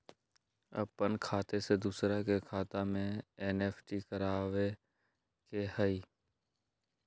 अपन खाते से दूसरा के खाता में एन.ई.एफ.टी करवावे के हई?